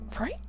Right